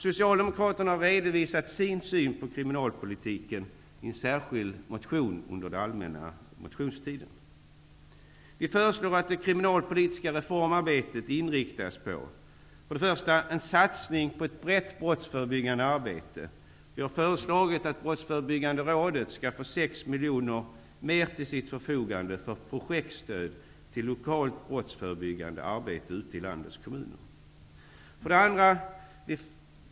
Socialdemokraterna har redovisat sin syn på kriminalpolitiken i en särskild motion under den allmänna motionstiden. Vi föreslår att det kriminalpolitiska reformarbetet inriktas mot vissa områden. Vi vill ha en satsning på ett brett brottsförebyggande arbete. Vi har föreslagit att Brottsförebyggande rådet skall få ytterligare 6 miljoner kronor till sitt förfogande för projektstöd till lokalt brottsförebyggande arbete ute i landets kommuner.